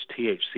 THC